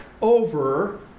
over